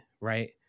right